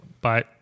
bye